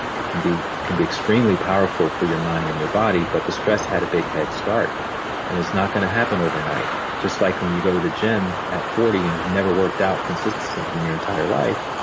it can be can be extremely powerful for your mind and your body, but the stress had a big head start and it's not going to happen overnight just like when you go to the gym at forty and you've never worked out consistently in your entire life,